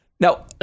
Now